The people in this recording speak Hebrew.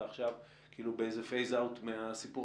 ועכשיו הוא כאילו באיזה phase out מהסיפור